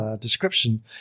Description